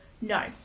No